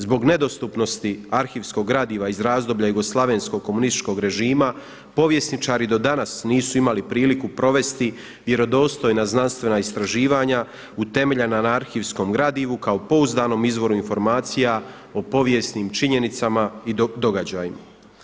Zbog nedostupnosti arhivskog gradiva iz razdoblja jugoslavenskog komunističkog režima povjesničari do danas nisu imali priliku provesti vjerodostojna znanstvena istraživanja utemeljena na arhivskom gradivu kao pouzdanom izvoru informacija o povijesnim činjenicama i događaju.